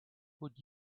would